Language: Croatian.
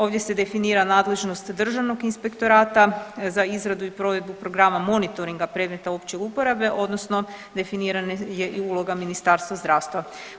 Ovdje se definira nadležnost Državnog inspektorata za izradu i provedbu programa monitoringa predmeta opće uporabe odnosno definirana je i uloga Ministarstva zdravstva.